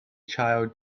child